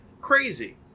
crazy